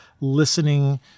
listening